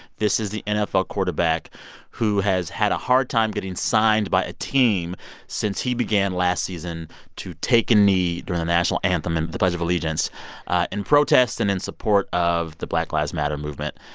this is the nfl quarterback who has had a hard time getting signed by a team since he began last season to take a knee during the national anthem and the pledge of allegiance in protest and in support of the black lives matter movement.